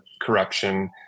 corruption